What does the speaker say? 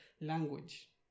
language